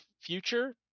future